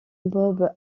bob